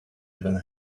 even